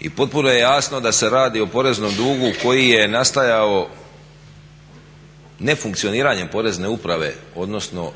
i potpuno je jasno da se radi o poreznom dugu koji je nastajao ne funkcioniranjem porezne uprave odnosno